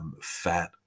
fat